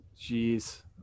Jeez